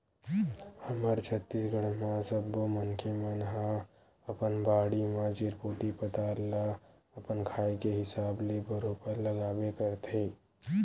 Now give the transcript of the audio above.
हमर छत्तीसगढ़ म सब्बो मनखे मन ह अपन बाड़ी म चिरपोटी पताल ल अपन खाए के हिसाब ले बरोबर लगाबे करथे